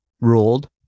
ruled